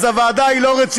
אז הוועדה היא לא רצינית.